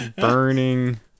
burning